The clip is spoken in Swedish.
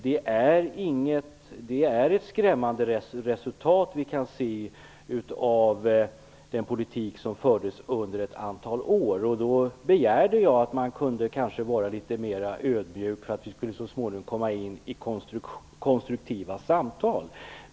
Det är ett skrämmande resultat vi kan se av den politik som fördes under ett antal år. Jag begärde att man kunde vara litet mera ödmjuk för att vi så småningom skulle komma in i konstruktiva samtal.